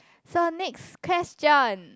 so next question